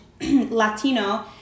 Latino